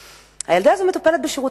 7,000 תושבים ביישוב